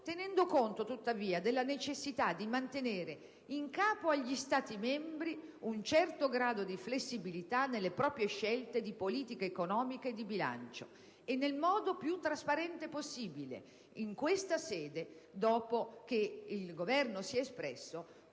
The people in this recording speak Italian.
tenendo conto tuttavia della necessità di mantenere in capo agli Stati membri un certo grado di flessibilità nelle proprie scelte di politica economica e di bilancio e nel modo più trasparente possibile. Dopo che il Governo si è espresso,